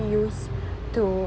used to